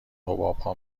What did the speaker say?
حبابها